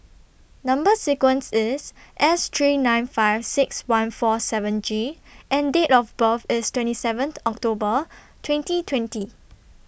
Number sequence IS S three nine five six one four seven G and Date of birth IS twenty seventh October twenty twenty